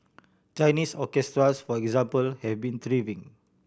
Chinese orchestras for example have been thriving